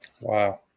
wow